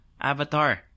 Avatar